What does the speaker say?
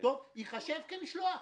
ייחשב כמשלוח?